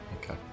Okay